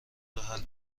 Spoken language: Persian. روحل